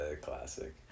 Classic